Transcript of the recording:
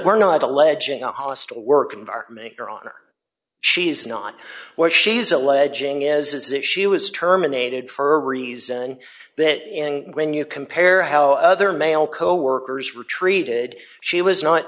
we're not alleging a hostile work environment your honor she's not what she's alleging is that she was terminated for a reason that when you compare how other male coworkers retreated she was not